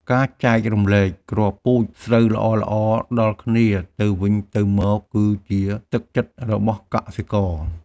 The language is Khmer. ការចែករំលែកគ្រាប់ពូជស្រូវល្អៗដល់គ្នាទៅវិញទៅមក គឺជាទឹកចិត្តរបស់កសិករ។